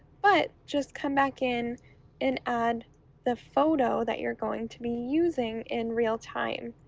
but just come back in and add the photo that you're going to be using in real time.